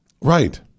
Right